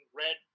red